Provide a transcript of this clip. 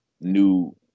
new